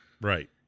right